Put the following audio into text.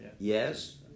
Yes